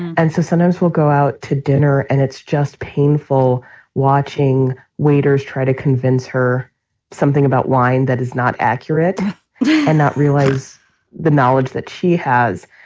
and so sometimes will go out to dinner. and it's just painful watching waiters try to convince her something about wine that is not accurate yeah and not realize the knowledge that she has.